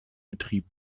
betrieb